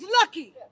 lucky